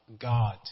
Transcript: God